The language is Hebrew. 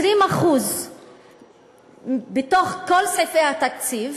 20% בתוך כל סעיפי התקציב,